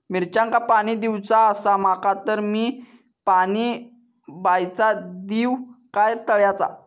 मिरचांका पाणी दिवचा आसा माका तर मी पाणी बायचा दिव काय तळ्याचा?